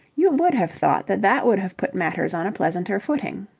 you would have thought that that would have put matters on a pleasanter footing.